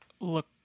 look